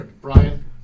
Brian